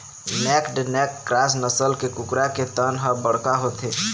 naked neck cross नसल के कुकरा के तन ह बड़का होथे